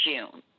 June